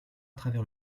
travers